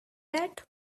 that